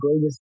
greatest